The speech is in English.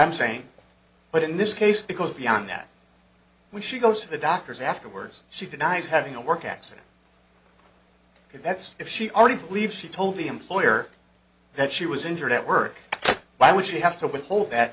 i'm saying but in this case because beyond that we should go to the doctors afterwards she denies having a work accident if that's if she already believes she told the employer that she was injured at work why would she have to withhold that